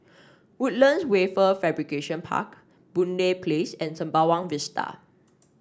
Woodlands Wafer Fabrication Park Boon Lay Place and Sembawang Vista